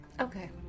Okay